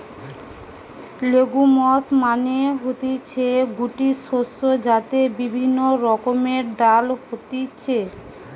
legumes মানে হতিছে গুটি শস্য যাতে বিভিন্ন রকমের ডাল হতিছে